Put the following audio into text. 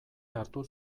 hartu